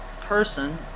person